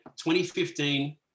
2015